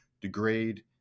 degrade